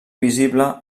visible